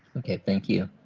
okay thank you.